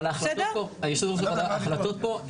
אבל אישור ההחלטות פה,